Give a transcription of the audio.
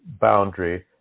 boundary